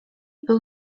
był